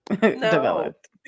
developed